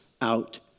out